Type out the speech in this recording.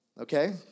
Okay